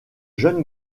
jeune